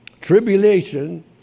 tribulation